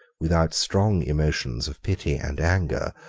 without strong emotions of pity and anger,